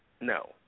no